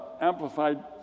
amplified